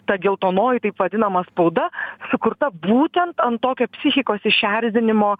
ta geltonoji taip vadinama spauda sukurta būtent ant tokio psichikos išerzinimo